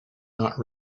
not